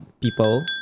people